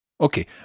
Okay